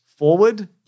forward